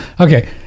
Okay